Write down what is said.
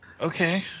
Okay